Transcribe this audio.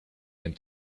and